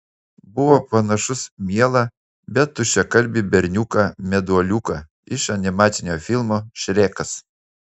buvo panašus mielą bet tuščiakalbį berniuką meduoliuką iš animacinio filmo šrekas